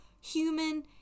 human